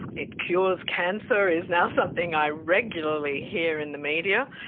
it cures cancer is now something i regularly hear in the media,